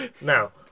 Now